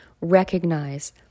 recognize